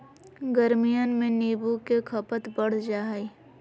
गर्मियन में नींबू के खपत बढ़ जाहई